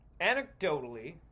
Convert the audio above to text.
anecdotally